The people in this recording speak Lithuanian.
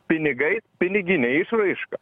pinigais pinigine išraiška